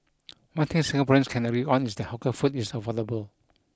one thing Singaporeans can agree on is that hawker food is affordable